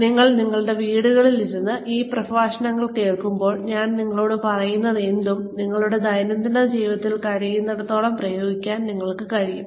അതിനാൽ നിങ്ങൾ നിങ്ങളുടെ വീടുകളിൽ ഇരുന്നു ഈ പ്രഭാഷണങ്ങൾ കേൾക്കുമ്പോൾ ഞാൻ നിങ്ങളോട് പറയുന്നതെന്തും നിങ്ങളുടെ ദൈനംദിന ജീവിതത്തിൽ കഴിയുന്നിടത്തോളം പ്രയോഗിക്കാൻ നിങ്ങൾക്ക് കഴിയും